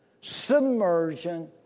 submersion